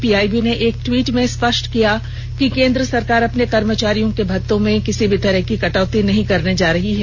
PIB ने एक tweet में स्पष्ट किया कि केंद्र सरकार अपने कर्मचारियों के भत्तों में किसी भी तरह की कटौती नहीं करने जा रही है